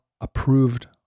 approved